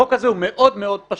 החוק הזה הוא מאוד מאוד פשוט.